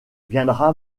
viendra